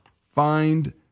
find